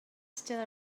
still